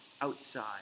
outside